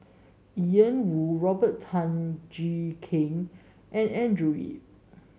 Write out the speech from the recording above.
Ian Woo Robert Tan Jee Keng and Andrew Yip